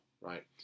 Right